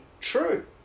true